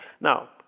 Now